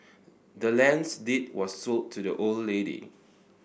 the land's deed was sold to the old lady